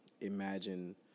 imagine